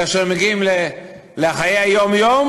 כאשר הם מגיעים לחיי היום-יום,